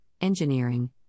engineering